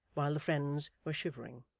while the friends were shivering.